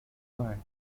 require